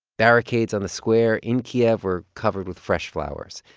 barricades on the square in kiev were covered with fresh flowers.